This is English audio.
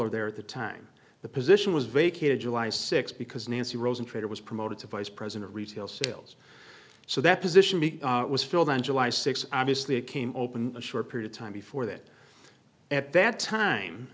teller there at the time the position was vacated july sixth because nancy rosen trader was promoted to vice president of retail sales so that position was filled on july sixth obviously it came open a short period time before that at that time